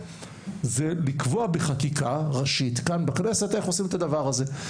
זה לקבוע בחקיקה ראשית כאן בכנסת איך עושים את הדבר זה.